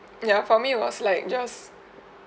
ya for me it was like just